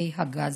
ובתאי הגזים.